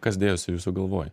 kas dėjosi jūsų galvoj